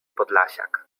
podlasiak